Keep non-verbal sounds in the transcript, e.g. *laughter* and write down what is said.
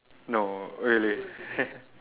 no really *laughs*